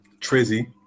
Trizzy